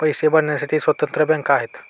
पैसे भरण्यासाठी स्वतंत्र बँका आहेत